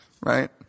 right